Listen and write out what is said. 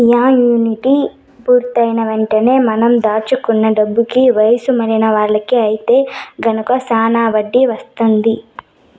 annuity పూర్తయిన వెంటనే మనం దాచుకున్న డబ్బుకి వయసు మళ్ళిన వాళ్ళకి ఐతే గనక శానా వడ్డీ వత్తుంది